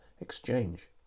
exchange